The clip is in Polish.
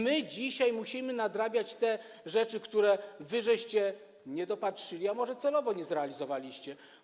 My dzisiaj musimy nadrabiać te rzeczy, których wy nie dopatrzyliście, a może celowo nie zrealizowaliście.